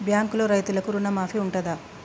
బ్యాంకులో రైతులకు రుణమాఫీ ఉంటదా?